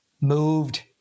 moved